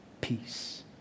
peace